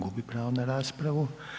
Gubi pravo na raspravu.